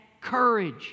courage